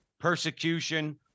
persecution